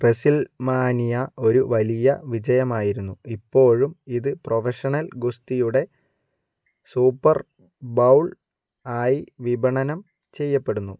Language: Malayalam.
റെസിൽമാനിയ ഒരു വലിയ വിജയമായിരുന്നു ഇപ്പോഴും ഇത് പ്രൊഫഷണൽ ഗുസ്തിയുടെ സൂപ്പർ ബൗൾ ആയി വിപണനം ചെയ്യപ്പെടുന്നു